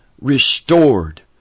restored